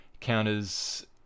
counters